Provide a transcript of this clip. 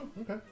okay